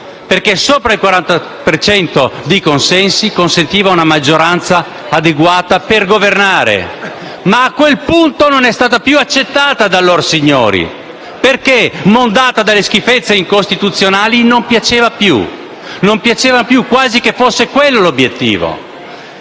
perché sopra il 40 per cento di consensi consentiva una maggioranza adeguata per governare. Ma a quel punto la legge non è stata più accettata da lor signori perché, mondata dalle schifezze incostituzionali, non piaceva più, quasi fosse quello l'obiettivo.